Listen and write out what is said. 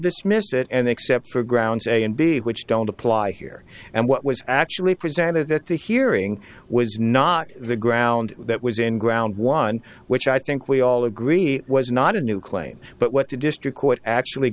dismiss it and except for grounds a and b which don't apply here and what was actually presented at the hearing was not the ground that was in ground one which i think we all agree was not a new claim but what the district court actually